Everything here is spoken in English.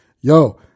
yo